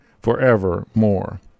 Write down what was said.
forevermore